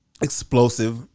Explosive